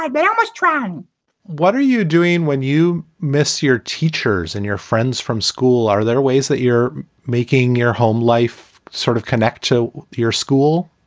i but um was trying what are you doing when you miss your teachers and your friends from school? are there ways that you're making your home life sort of connect to your school?